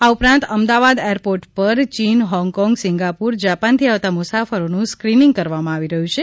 આ ઉપરાંત અમદાવાદ એરપોર્ટ પર ચીન હોંગકોંગ સિંગાપુર જાપાનથી આવતા મુસાફરોનું સ્કિનીંગ કરવામાં આવી રહ્યુ છે